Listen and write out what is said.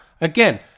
Again